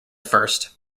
first